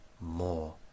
more